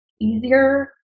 easier